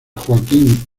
joaquín